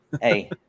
Hey